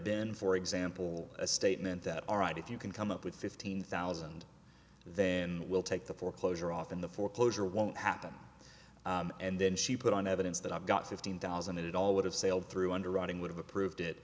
been for example a statement that all right if you can come up with fifteen thousand then we'll take the foreclosure off and the foreclosure won't happen and then she put on evidence that i've got fifteen thousand and it all would have sailed through underwriting would have approved it